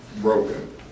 broken